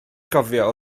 gofio